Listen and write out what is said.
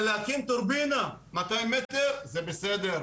אבל להקים טורבינה מאתיים מטר זה בסדר,